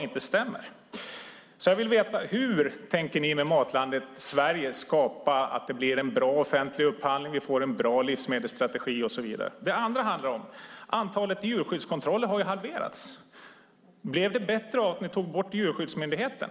Hur tänker ni att med hjälp av Matlandet Sverige skapa en bra offentlig upphandling, en bra livsmedelsstrategi och så vidare? Antalet djurskyddskontroller har halverats. Blev det bättre av att ni tog bort Djurskyddsmyndigheten?